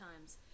times